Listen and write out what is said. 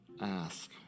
ask